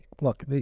look